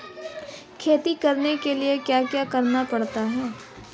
खेती करने के लिए क्या क्या करना पड़ता है?